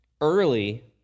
early